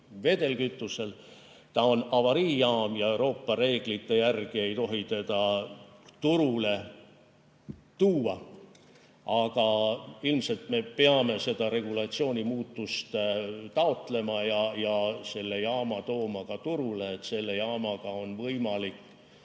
vedelkütusel. See on avariijaam ja Euroopa reeglite järgi ei tohi seda turule tuua. Aga ilmselt me peame selle regulatsiooni muutmist taotlema ja selle jaama turule tooma, sest selle jaamaga on võimalik